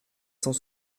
cent